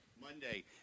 Monday